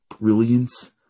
brilliance